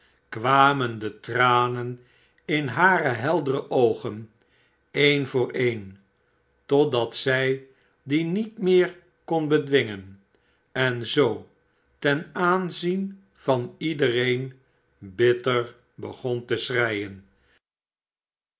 kwamen de tranen in hare heldere oogen een voor een totdat zij die niet meer kon bedwingen en zoo ten aanzien van iedereen bitter begon te schreien